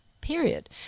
period